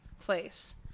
place